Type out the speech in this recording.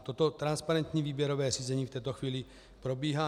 Toto transparentní výběrové řízení v této chvíli probíhá.